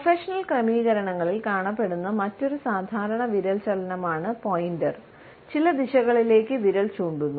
professional ക്രമീകരണങ്ങളിൽ കാണപ്പെടുന്ന മറ്റൊരു സാധാരണ വിരൽ ചലനം ആണ് 'പോയിന്റർ' ചില ദിശകളിലേക്ക് വിരൽ ചൂണ്ടുന്നു